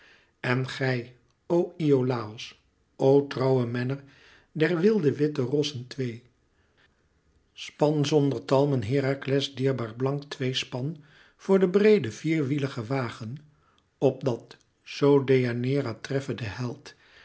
en gij o iolàos o trouwe menner der wilde witte rossen twee span zonder talmen herakles dierbaar blank tweespan voor den breeden vierwieligen wagen opdat zoo deianeira treffe den held